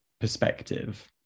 perspective